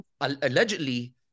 allegedly